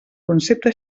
concepte